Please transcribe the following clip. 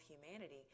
humanity